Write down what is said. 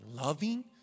loving